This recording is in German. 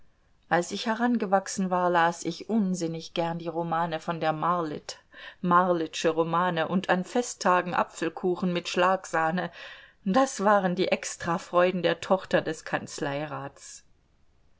als ich herangewachsen war las ich unsinnig gern die romane von der marlitt marlitt'sche romane und an festtagen apfelkuchen mit schlagsahne das waren die extrafreuden der tochter des